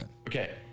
Okay